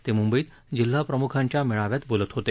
ते मुंबईत जिल्हाप्रमुखांच्या मेळाव्यात बोलत होते